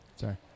Sorry